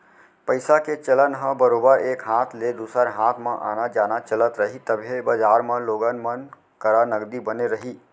पइसा के चलन ह बरोबर एक हाथ ले दूसर हाथ म आना जाना चलत रही तभे बजार म लोगन मन करा नगदी बने रही